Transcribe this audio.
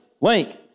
Link